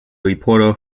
reporter